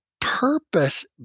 purpose